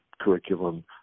curriculum